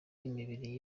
imibiri